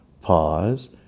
Pause